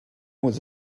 was